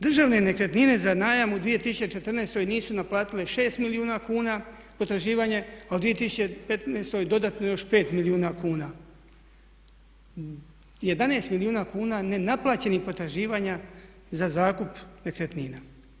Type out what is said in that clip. Državne nekretnine za najam u 2014. nisu naplatile 6 milijuna kuna potraživanje a u 2015. dodatno još 5 milijuna kuna, 11 milijuna kuna nenaplaćenih potraživanja za zakup nekretnina.